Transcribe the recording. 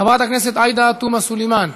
חברת הכנסת עאידה תומא סלימאן,